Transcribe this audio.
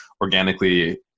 organically